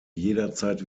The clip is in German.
jederzeit